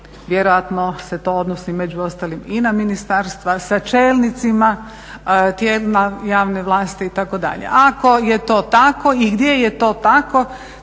vjerojatno se to odnosi među ostalim i na ministarstva, sa čelnicima, tijelima javne vlasti, itd.. Ako je to tako i gdje je to tako